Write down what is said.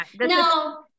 No